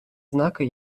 знаки